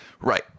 Right